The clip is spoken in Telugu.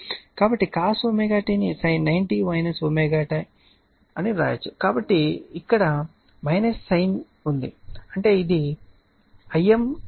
కాబట్టి ఈ cos ω t ని sin 900 ω t అని వ్రాయవచ్చు కానీ ఇక్కడ sin ఉంది అంటే అది Im ωCsinω t 900